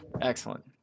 excellent